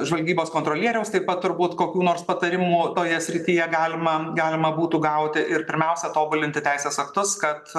žvalgybos kontrolieriaus taip pat turbūt kokių nors patarimų toje srityje galima galima būtų gauti ir pirmiausia tobulinti teisės aktus kad